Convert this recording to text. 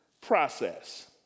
process